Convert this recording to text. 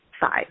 five